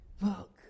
Look